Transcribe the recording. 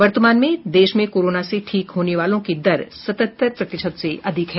वर्तमान में देश में कोरोना से ठीक होने वालों की दर सतहत्तर प्रतिशत से अधिक है